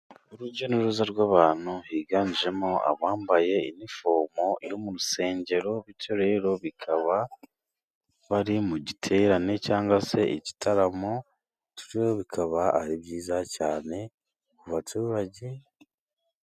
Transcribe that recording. Urujya n'uruza rw'abantu higanjemo abambaye inifomo yo mu rusengero. Bityo rero bakaba bari mu giterane cyangwa se igitaramo. Bityo bikaba ari byiza cyane ku baturage.